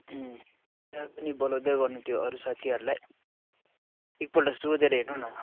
त्यहाँ पनि बोलाउँदै गर्नु त्यो अरू साथीहरूलाई एक पल्ट सोधेर हेर्नु न